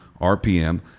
RPM